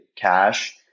cash